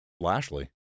Lashley